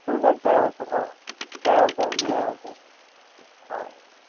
tours and ट्रॅव्हल्सच हो travels आहे आमची ट्रॅव्हल्स आहे हो